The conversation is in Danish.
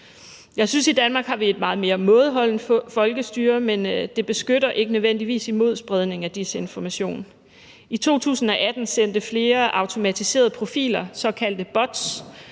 Jeg synes, at vi i Danmark har et meget mere mådeholdent folkestyre, men det beskytter ikke nødvendigvis mod spredning af desinformation. I 2018 sendte flere automatiserede profiler, såkaldte bots,